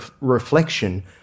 reflection